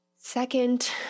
second